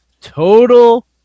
Total